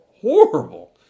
horrible